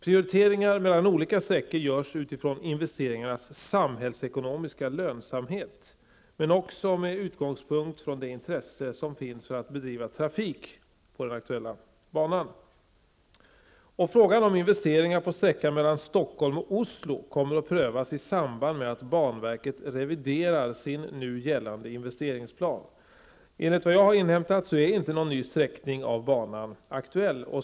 Prioriteringar mellan olika sträckor görs utifrån investeringarnas samhällsekonomiska lönsamhet men också med utgångspunkt från det intresse som finns för att bedriva trafik på den aktuella banan. Stockholm och Oslo kommer att prövas i samband med att banverket reviderar sin nu gällande investeringsplan. Enligt vad jag har inhämtat är någon ny sträckning av banan inte aktuell.